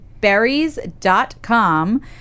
berries.com